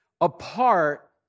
apart